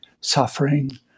suffering